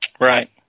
Right